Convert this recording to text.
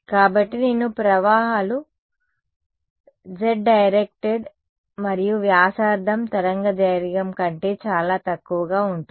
కాబట్టి రెండు ప్రవాహాలు z డైరెక్ట్డ్ మరియు వ్యాసార్థం తరంగదైర్ఘ్యం కంటే చాలా తక్కువగా ఉంటుంది